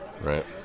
Right